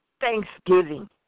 thanksgiving